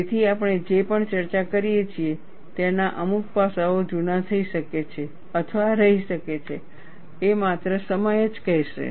તેથી આપણે જે પણ ચર્ચા કરીએ છીએ તેના અમુક પાસાઓ જૂના થઈ શકે છે અથવા રહી શકે છે માત્ર સમય જ કહેશે